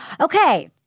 Okay